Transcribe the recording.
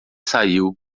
saiu